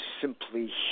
simply